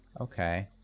Okay